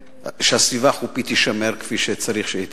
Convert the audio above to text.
ושהסביבה החופית תישמר כפי שצריך שהיא תהיה?